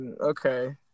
okay